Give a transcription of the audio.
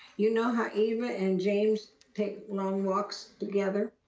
you know how eva and james take long walks together?